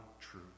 true